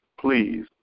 Please